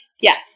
Yes